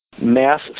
mass